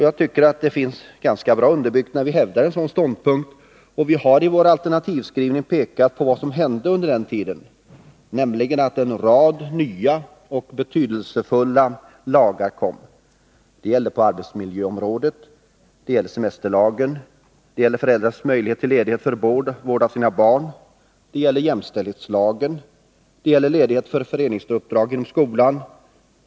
Jag tycker att vår ståndpunkt är ganska bra underbyggd, och vi har i vår alternativskrivning pekat på vad som hände under den tiden, nämligen att en rad nya och betydelsefulla lagar kom. Det gällde på arbetsmiljöområdet. Det gällde semesterlagen. Det gällde föräldrars möjlighet till ledighet för vård av sina barn. Det gällde jämställdhetslagen. Det gällde ledighet för föreningsuppdrag inom skolan.